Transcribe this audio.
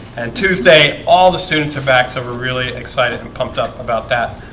and tuesday, all the students are back. so we're really excited and pumped up about that.